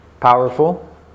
Powerful